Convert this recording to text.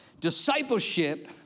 Discipleship